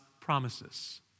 promises